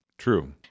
True